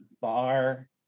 bar